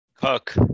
Cook